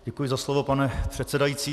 Děkuji za slovo, pane předsedající.